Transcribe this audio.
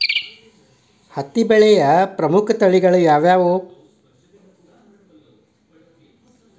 ಹತ್ತಿ ಬೆಳೆಯ ಪ್ರಮುಖ ತಳಿಗಳು ಯಾವ್ಯಾವು?